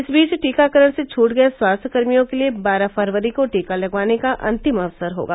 इस बीच टीकाकरण से छूट गये स्वास्थ्यकर्मियों के लिये बारह फरवरी को टीका लगवाने का अन्तिम अवसर होगा